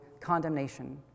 condemnation